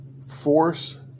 force